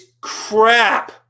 crap